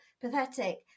pathetic